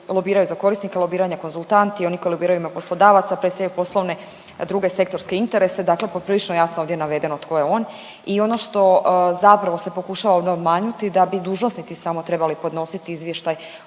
lobiraju za korisnika lobiranja konzultanti, oni koji lobiraju u ime poslodavaca, predstavlja poslovne druge sektorske interese, dakle poprilično jasno ovdje navedeno tko je on i ono što zapravo se pokušava ovdje obmanuti da bi dužnosnici samo trebali podnositi izvještaj